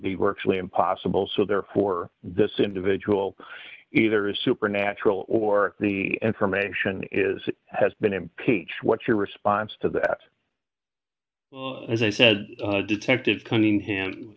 the works really impossible so therefore this individual either is supernatural or the information is has been and what's your response to that as i said detective cunningham